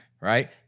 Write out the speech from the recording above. right